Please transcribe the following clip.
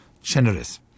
Generous